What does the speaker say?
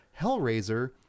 Hellraiser